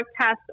test